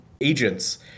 agents